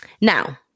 Now